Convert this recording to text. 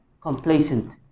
complacent